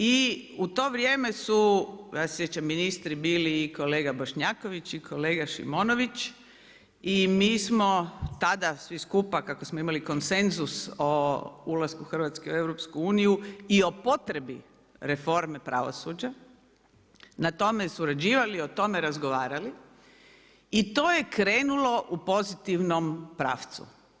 I u to vrijeme su ja se sjećam ministri bili i kolega Bošnjaković i kolega Šimonović i mi smo tada svi skupa kako smo imali konsenzus o ulasku Hrvatske u EU i o potrebi reforme pravosuđa na tome surađivali i o tome razgovarali i to je krenulo u pozitivnom pravcu.